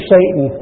Satan